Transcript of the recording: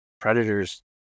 predators